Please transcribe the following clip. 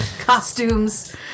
costumes